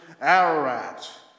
Ararat